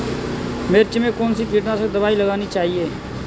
मिर्च में कौन सी कीटनाशक दबाई लगानी चाहिए?